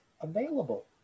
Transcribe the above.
available